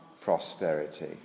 prosperity